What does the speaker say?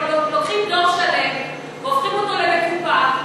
הם לוקחים דור שלם והופכים אותו למקופח,